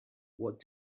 what